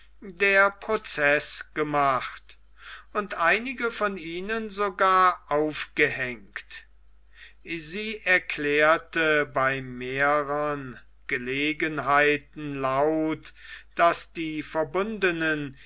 der proceß gemacht und einige von ihnen sogar aufgehängt sie erklärte bei mehreren gelegenheiten laut daß die verbundenen